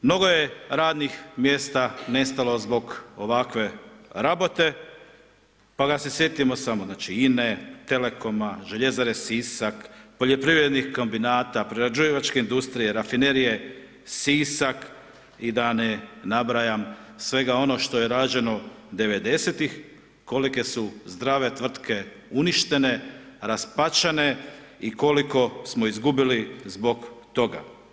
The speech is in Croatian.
Mnogo je radnih mjesta nestalo zbog ovakve rabote pa kad se sjetimo samo INA-e, Telekoma, Željezare Sisak, poljoprivrednih kombinata, prerađivačke industrije, Rafinerije Sisak, i da ne nabrajam svega onog što je rađeno 90-ih, kolike su zdrave tvrtke uništene, raspačane i koliko smo izgubili zbog toga.